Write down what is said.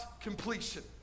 completion